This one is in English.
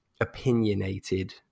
opinionated